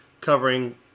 covering